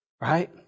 Right